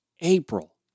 April